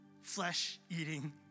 Flesh-eating